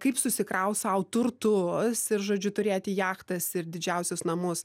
kaip susikraut sau turtus ir žodžiu turėti jachtas ir didžiausius namus